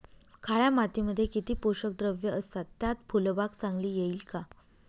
काळ्या मातीमध्ये किती पोषक द्रव्ये असतात, त्यात फुलबाग चांगली येईल का?